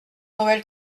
noël